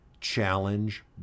challenge